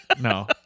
No